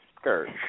skirt